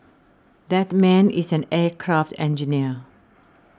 that man is an aircraft engineer